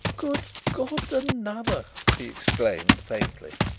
good god, another! he exclaimed faintly.